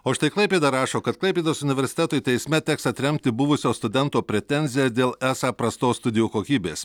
o štai klaipėda rašo kad klaipėdos universitetui teisme teks atremti buvusio studento pretenziją dėl esą prastos studijų kokybės